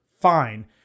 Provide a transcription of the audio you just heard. Fine